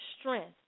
strength